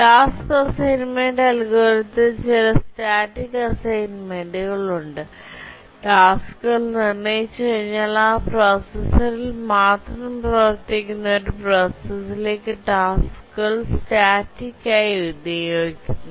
task assignment അൽഗോരിതത്തിൽ ചില static അസൈൻമെൻറുകൾ ഉണ്ട് ടാസ്ക്കുകൾ നിർണ്ണയിച്ചുകഴിഞ്ഞാൽ ആ പ്രോസസ്സറിൽ മാത്രം പ്രവർത്തിക്കുന്ന ഒരു പ്രോസസറിലേക്ക് ടാസ്ക്കുകൾ സ്റ്റാറ്റിക്ക് ആയി നിയോഗിക്കുന്നു